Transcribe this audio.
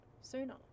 sooner